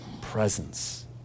presence